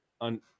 on